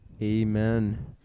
Amen